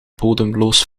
bodemloos